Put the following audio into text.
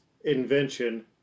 Invention